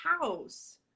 house